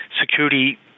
security